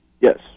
Yes